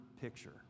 picture